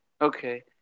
okay